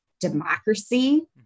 democracy